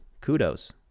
kudos